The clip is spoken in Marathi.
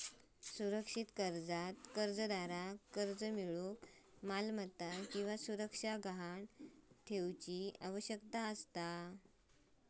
सुरक्षित कर्जात कर्जदाराक कर्ज मिळूक मालमत्ता किंवा सुरक्षा गहाण ठेवण्याची आवश्यकता असता